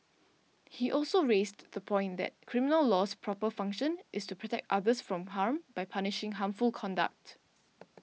he also raised the point that criminal law's proper function is to protect others from harm by punishing harmful conduct